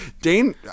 dane